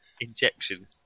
injection